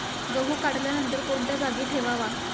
गहू काढल्यानंतर कोणत्या जागी ठेवावा?